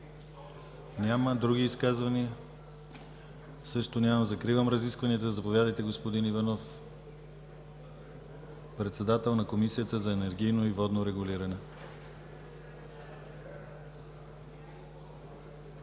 Няма. Други изказвания? Няма. Закривам разискванията. Заповядайте, господин Иванов – председател на Комисията за енергийно и водно регулиране.